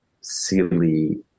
silly